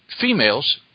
females